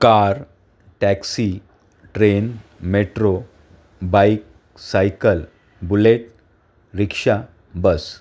car taxi train metro bike cycle bullet rickshaw bus